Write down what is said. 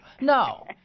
No